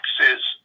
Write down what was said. taxes